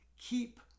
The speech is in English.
keep